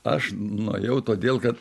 aš nuėjau todėl kad